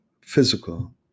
physical